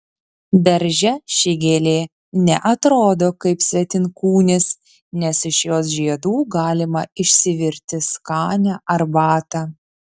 darže ši gėlė ne atrodo kaip svetimkūnis nes iš jos žiedų galima išsivirti skanią arbatą